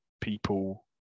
people